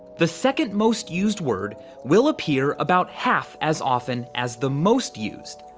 the second most used word will appear about half as often as the most used.